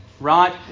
Right